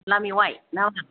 अनला मेउवाय ना मा